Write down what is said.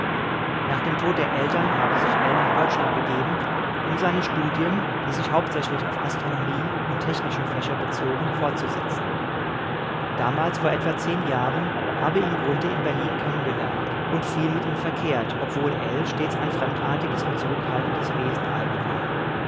nach dem tod der eltern habe sich ell nach deutschland begeben um seine studien die sich hauptsächlich auf astronomie und technische fächer bezogen fortzusetzen damals vor etwa zehn jahren habe ihn grunthe in berlin kennengelernt und viel mit ihm verkehrt obwohl ell stets ein fremdartiges und zurückhaltendes wesen eigen war